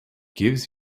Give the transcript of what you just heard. gives